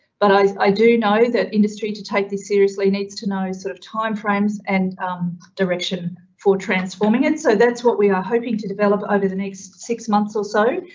but i i do know that industry to take this seriously needs to know sort of time frames and direction for transforming it. so that's what we are hoping to develop over the next six months or so.